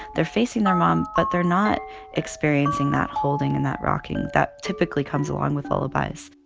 they're facing their mom, but they're not experiencing that holding and that rocking that typically comes along with lullabies.